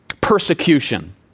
persecution